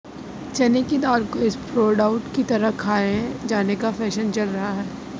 चने की दाल को स्प्रोउट की तरह खाये जाने का फैशन चल रहा है